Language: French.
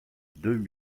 deux